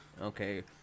okay